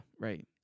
right